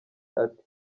ati